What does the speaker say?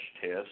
test